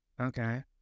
okay